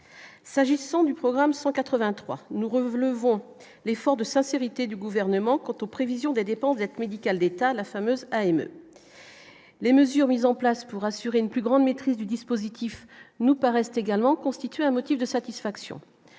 s'agissant du programme 183 nous revele vont l'effort de sincérité du gouvernement quant aux prévisions de dépenses être médicale d'État à la fameuse AMM, les mesures mises en place pour assurer une plus grande maîtrise du dispositif nous paraissent également constituer un motif de satisfaction